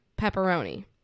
pepperoni